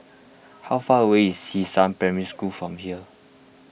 how far away is Xishan Primary School from here